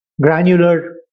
granular